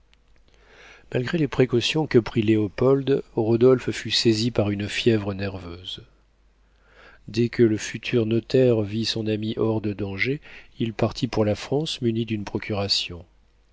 malgré les précautions que prit léopold rodolphe fut saisi par une fièvre nerveuse dès que le futur notaire vit son ami hors de danger il partit pour la france muni d'une procuration